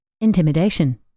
Intimidation